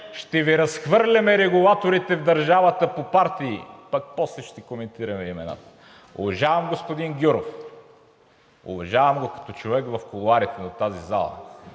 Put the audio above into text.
Ще Ви разхвърляме регулаторите в държавата по партии, пък после ще коментираме имената. Уважавам господин Гюров. Уважавам го като човек в кулоарите на тази зала,